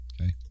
Okay